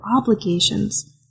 obligations